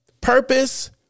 Purpose